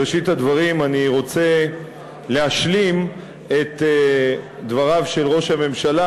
בראשית הדברים אני רוצה להשלים את דבריו של ראש הממשלה